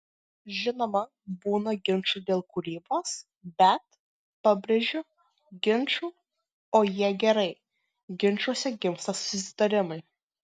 žinoma būna ginčų dėl kūrybos bet pabrėžiu ginčų o jie gerai ginčuose gimsta susitarimai